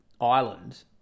island